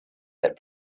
that